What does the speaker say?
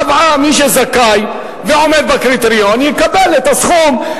היא קבעה: מי שזכאי ועומד בקריטריון יקבל את הסכום.